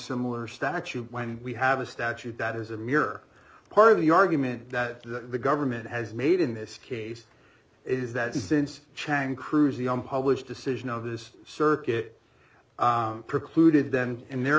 similar statute when we have a statute that is a mere part of the argument that the government has made in this case is that since chuang cruz the unpublished decision of this circuit precluded then in their